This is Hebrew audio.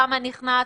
כמה נכנסים,